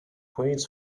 weighs